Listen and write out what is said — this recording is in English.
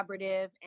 collaborative